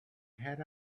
had